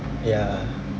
ya